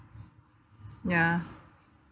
ya